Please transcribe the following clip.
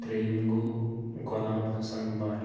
ترٛیٚیِم گوٚو غلام حسن بٹ